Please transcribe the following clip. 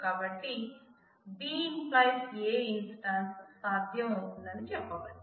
కాబట్టీ B→A instance సాధ్యం అవుతుందని చెప్పవచ్చు